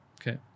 Okay